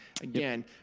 again